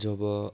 जब